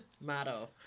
Motto